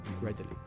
readily